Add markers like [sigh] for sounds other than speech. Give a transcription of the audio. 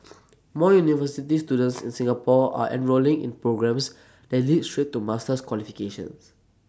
[noise] more university students in Singapore are enrolling in programmes that lead straight to master's qualifications